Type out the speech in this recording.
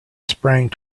sprang